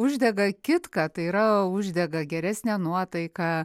uždega kitką tai yra uždega geresnę nuotaiką